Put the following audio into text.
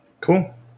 Cool